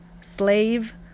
slave